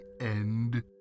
End